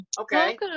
Okay